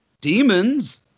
Demons